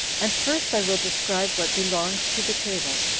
and first i will describe what belongs to the table.